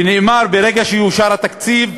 ונאמר: ברגע שיאושר התקציב,